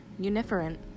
Uniferent